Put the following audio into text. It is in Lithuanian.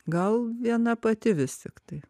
gal viena pati vis tiktai